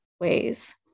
ways